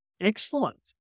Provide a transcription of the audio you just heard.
excellent